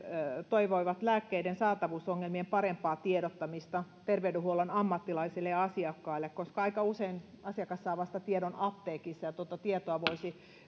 toivoivat lääkkeiden saatavuusongelmien parempaa tiedottamista terveydenhuollon ammattilaisille ja asiakkaille koska aika usein asiakas saa tiedon vasta apteekissa ja tuota tietoa voisi